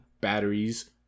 batteries